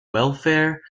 welfare